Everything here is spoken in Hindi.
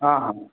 हाँ हाँ